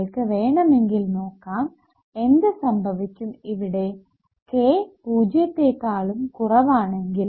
നിങ്ങൾക്ക് വേണമെങ്കിൽ നോക്കാം എന്ത് സംഭവിക്കും ഇവിടെ k പൂജ്യത്തെക്കാളും കുറവാണെങ്കിൽ